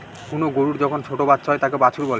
কোনো গরুর যখন ছোটো বাচ্চা হয় তাকে বাছুর বলে